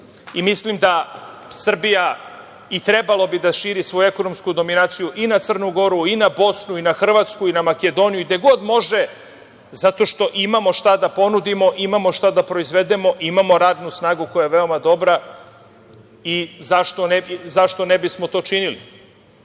I mislim da Srbija treba da širi svoju ekonomsku dominaciju i na Crnu Goru, i na Bosnu, i na Hrvatsku, Makedoniju i gde god može, zato što imamo šta da ponudimo, imamo šta da proizvedemo, imamo radnu snagu koja je veoma dobra i zašto ne bismo to činili. Zato,